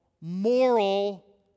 moral